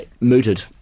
mooted